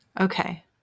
Okay